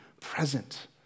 present